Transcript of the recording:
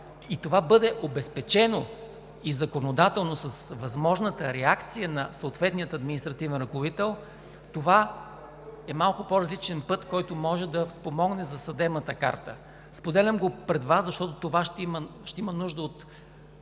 и това бъде обезпечено законодателно с възможната реакция на съответния административен ръководител, това е малко по-различен път, който може да спомогне за съдебната карта. Споделям го пред Вас, защото това ще има нужда от